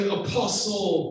apostle